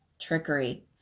trickery